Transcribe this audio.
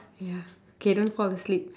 ya K don't fall asleep